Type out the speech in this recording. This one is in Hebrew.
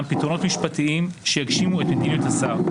פתרונות משפטיים שיגשימו את מדיניות השר.